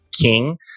King